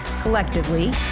collectively